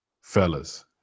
fellas